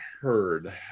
heard